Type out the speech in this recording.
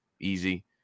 easy